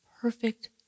perfect